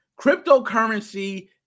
Cryptocurrency